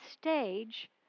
stage